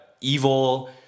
evil